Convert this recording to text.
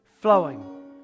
flowing